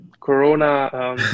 Corona